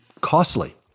costly